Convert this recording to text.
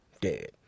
dead